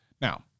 Now